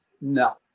no